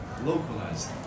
localized